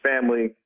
family